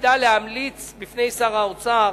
ותפקידה להמליץ בפני שר האוצר